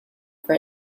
for